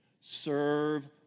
Serve